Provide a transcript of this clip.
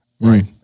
right